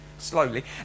Slowly